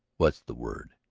what's the word?